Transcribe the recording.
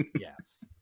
Yes